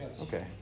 Okay